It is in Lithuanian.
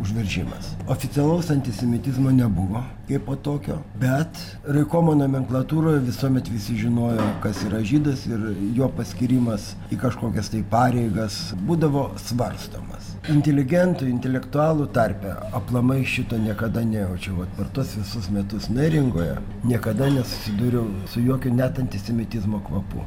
užveržimas oficialaus antisemitizmo nebuvo kaipo tokio bet rajkomo nomenklatūroj visuomet visi žinojo kas yra žydas ir jo paskyrimas į kažkokias tai pareigas būdavo svarstomas inteligentų intelektualų tarpe aplamai šito niekada nejaučiau vat per tuos visus metus neringoje niekada nesusidūriau su jokiu net antisemitizmo kvapu